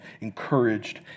encouraged